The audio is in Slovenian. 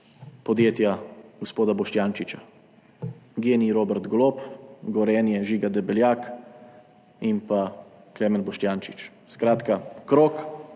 podjetja gospoda Boštjančiča. GEN-I – Robert Golob, Gorenje – Žiga Debeljak, in pa Klemen Boštjančič, skratka, krog,